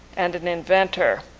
and an inventor.